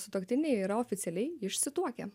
sutuoktiniai yra oficialiai išsituokę